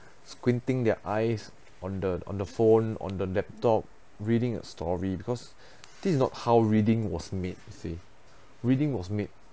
squinting their eyes on the on the phone on the laptop reading a story because this is not how reading was made you see reading was made